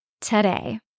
today